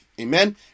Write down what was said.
Amen